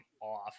off